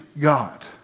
God